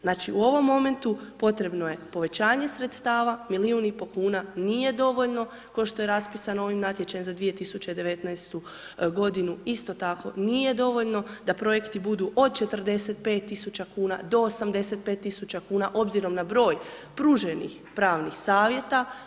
Znači, u ovom momentu potrebno je povećanje sredstava milijun i po kuna nije dovoljno, kao što je raspisano ovim natječajem za 2019.g. Isto tako, nije dovoljno da projekti budu od 45.000,00 kn do 85.000,00 kn obzirom na broj pruženih pravnih savjeta.